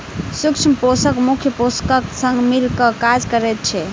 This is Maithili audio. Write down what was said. सूक्ष्म पोषक मुख्य पोषकक संग मिल क काज करैत छै